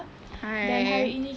hi